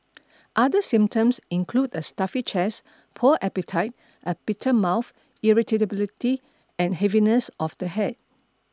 other symptoms include a stuffy chest poor appetite a bitter mouth irritability and heaviness of the head